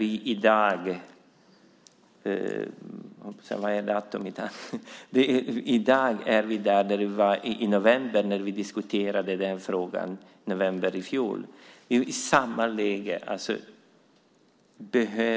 I dag befinner vi oss i samma läge som vi var i november i fjol när vi diskuterade frågan.